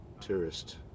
tourist